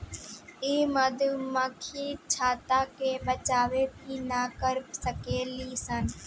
इ मधुमक्खी छत्ता के बचाव भी ना कर सकेली सन